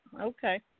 okay